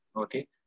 Okay